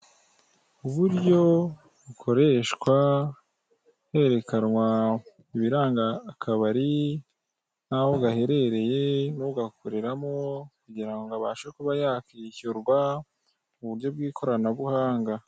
Uburyo bukoreshwa herekanwa ibiranga akabari n'aho gaherereye n'ugakoreramo kugira ngo abashe kuba yakwishyurwa mu buryo bw'ikoranabuhanga.